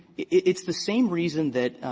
it's the same reason that,